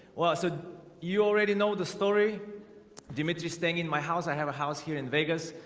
well, so you already know the story dimitri staying in my house. i have a house here in vegas,